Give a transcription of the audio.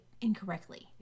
incorrectly